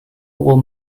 will